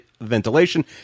ventilation